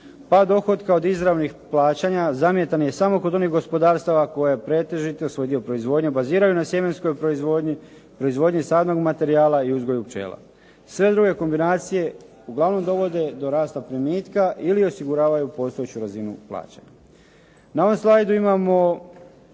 Pa dohotka od izravnih plaćanja zamjetan je samo kod onih gospodarstava koje pretežito svoj udio u proizvodnji baziraju na sjemenskoj proizvodnji, proizvodnji sadnog materijala i uzgoju pčela. Sve druge kombinacije uglavnom dovode do rasta primitka ili osiguravaju postojeću razinu plaćanja. Na ovom slajdu imamo